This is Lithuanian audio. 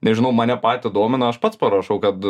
nežinau mane patį domina aš pats parašau kad